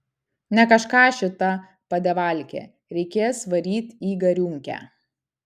ne kažką šita padevalkė reikės varyt į gariūnkę